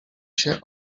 się